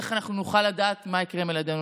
איך נוכל לדעת מה יקרה עם ילדינו?